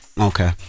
okay